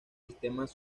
sistemas